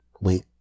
Wait